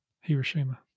Hiroshima